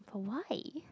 but why